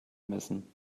messen